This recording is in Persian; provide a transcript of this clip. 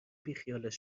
بیخیالش